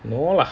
no lah